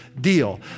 deal